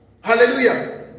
Hallelujah